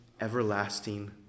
everlasting